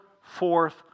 forth